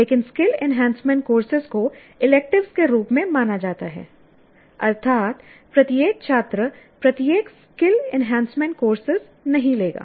लेकिन skill enhancement courses को electives के रूप में माना जाना है अर्थात प्रत्येक छात्र प्रत्येक स्किल एनहैंसमेंट कोर्सेज नहीं लेगा